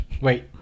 Wait